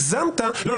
הגזמת - אז לא,